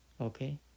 Okay